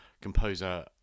composer